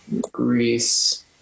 Greece